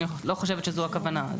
אני לא חושבת שזו הכוונה.